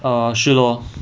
err 是 lor